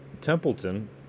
Templeton